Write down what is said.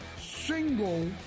single